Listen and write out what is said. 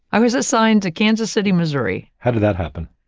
i was assigned to kansas city, missouri. how did that happen?